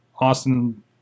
Austin